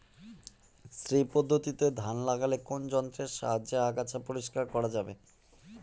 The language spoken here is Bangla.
শ্রী পদ্ধতিতে ধান লাগালে কোন যন্ত্রের সাহায্যে আগাছা পরিষ্কার করা যাবে?